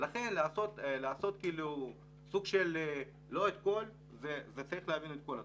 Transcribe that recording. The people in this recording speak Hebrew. ולכן לעשות סוג של --- צריך להבין את כל התמונה.